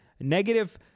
negative